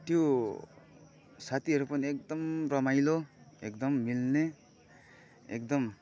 त्यो साथीहरू पनि एकदम रमाइलो एकदम मिल्ने एकदम